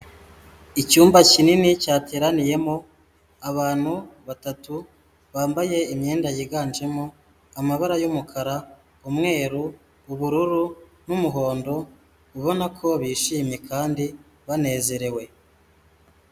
Icyumba kinini cyateraniyemo abantu batatu bambaye imyenda yiganjemo amabara y,umukara, umweru, ubururu n'umuhondo ubona ko bishimye kandi banezerewe.